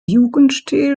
jugendstil